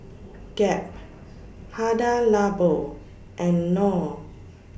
Gap Hada Labo and Knorr